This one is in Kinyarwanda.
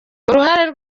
uruhare